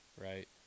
right